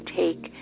take